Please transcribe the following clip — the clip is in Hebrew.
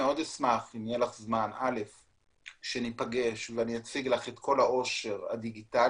אשמח שניפגש ואציג לך את כל העושר של התוכן הדיגיטלי.